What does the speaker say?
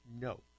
no